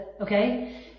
okay